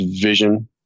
vision